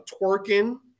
twerking